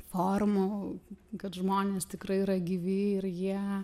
formų kad žmonės tikrai yra gyvi ir jie